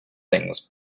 things